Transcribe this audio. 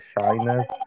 shyness